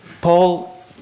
Paul